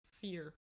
fear